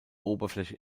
oberfläche